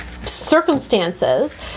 Circumstances